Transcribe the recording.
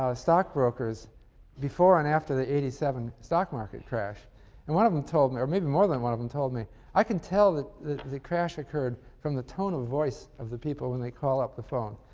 um stockbrokers before and after the eighty seven stock market crash and one of them told me or maybe more than one of them told me i can tell that the crash occurred from the tone of voice of the people when they call up the phone.